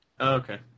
Okay